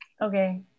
Okay